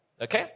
Okay